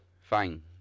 fine